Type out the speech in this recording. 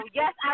yes